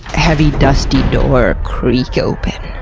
heavy, dusty door creak open?